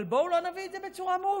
אבל בואו לא נביא את זה בצורה מעוותת.